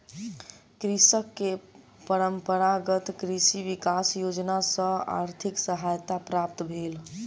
कृषक के परंपरागत कृषि विकास योजना सॅ आर्थिक सहायता प्राप्त भेल